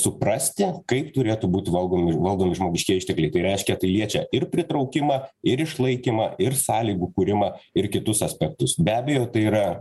suprasti kaip turėtų būt valgomi valdomi žmogiškieji ištekliai tai reiškia tai liečia ir pritraukimą ir išlaikymą ir sąlygų kūrimą ir kitus aspektus be abejo tai yra